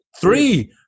Three